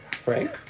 Frank